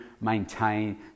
maintain